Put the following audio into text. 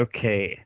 Okay